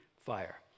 fire